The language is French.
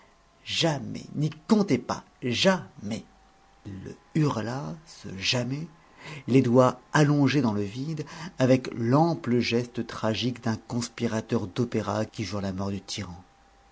jamais n'y comptez pas jamais il le hurla ce jamais les doigts allongés dans le vide avec l'ample geste tragique d'un conspirateur d'opéra qui jure la mort du tyran